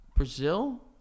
Brazil